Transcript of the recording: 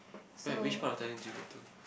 where which part of Thailand did you go to